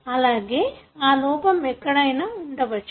అలాగే ఆ లోపం ఎక్కడైనా ఉండవచ్చు